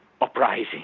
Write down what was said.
uprising